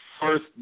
first